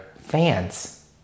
fans